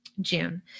June